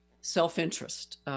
self-interest